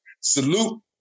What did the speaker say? Salute